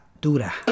Dura